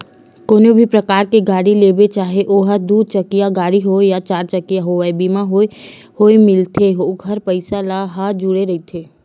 कोनो भी परकार के गाड़ी लेबे चाहे ओहा दू चकिया गाड़ी होवय या चरचकिया होवय बीमा होय मिलथे ओखर पइसा ह जुड़े रहिथे